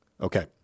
Okay